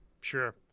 sure